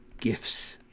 gifts